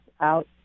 out